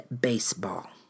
Baseball